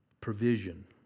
Provision